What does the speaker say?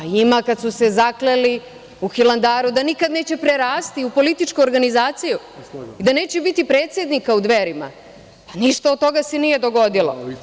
NJima kad su se zakleli u Hilandaru da nikada neće prerasti u političku organizaciju, da neće biti predsednika u Dverima, pa ništa od toga se nije dogodilo.